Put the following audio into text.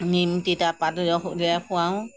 নিম তিতা পাত ৰস উলিয়াই খুৱাওঁ